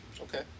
Okay